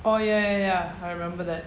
oh ya ya I remember that